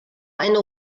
eine